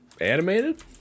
animated